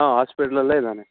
ಹಾಂ ಹಾಸ್ಪೇಟ್ಲಲ್ಲೇ ಇದ್ದಾನೆ